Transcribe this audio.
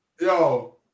Yo